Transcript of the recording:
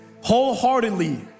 Wholeheartedly